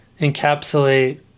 encapsulate